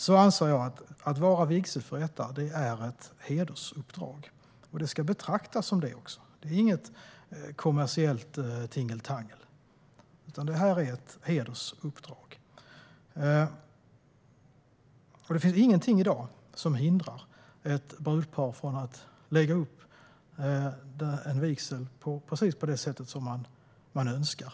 Jag anser att om man är vigselförrättare har man ett hedersuppdrag, och det ska också betraktas som ett sådant. Det ska inte vara något kommersiellt tingeltangel, utan det här är ett hedersuppdrag. Det finns ingenting i dag som hindrar att ett brudpar lägger upp en vigsel på precis det sätt som man önskar.